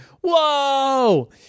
whoa